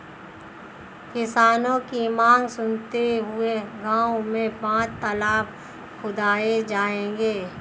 किसानों की मांग सुनते हुए गांव में पांच तलाब खुदाऐ जाएंगे